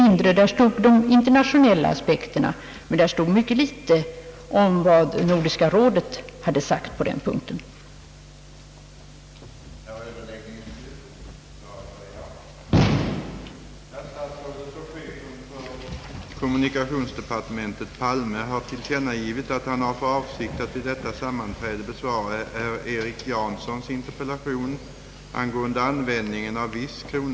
I det senare fallet redovisades de internationella aspekterna, men det stod inte nämnt vad Nordiska rådet hade sagt om önskvärdheten av ett nordiskt TV-samarbete.